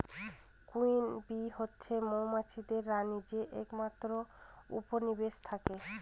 queen bee হচ্ছে মৌমাছিদের রানী যে একমাত্র উপনিবেশে থাকে